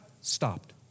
stopped